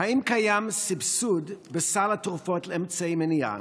האם קיים סבסוד בסל התרופות לאמצעי מניעה?